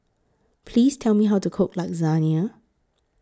Please Tell Me How to Cook Lasagne